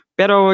pero